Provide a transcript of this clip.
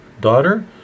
daughter